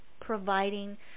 providing